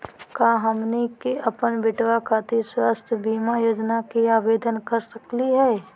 का हमनी के अपन बेटवा खातिर स्वास्थ्य बीमा योजना के आवेदन करे सकली हे?